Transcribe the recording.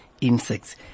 insects